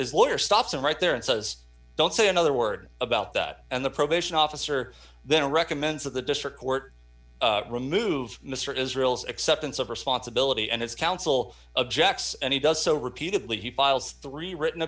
lawyer stop so right there and says don't say another word about that and the probation officer then recommends that the district court remove mr israel's acceptance of responsibility and his counsel objects and he does so repeatedly he files three written